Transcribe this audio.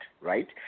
right